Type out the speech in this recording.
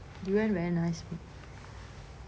durian very nice